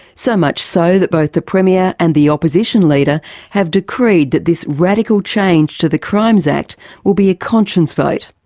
so much so that both the premier and the opposition leader have both decreed that this radical change to the crimes act will be a conscience vote.